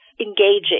engaging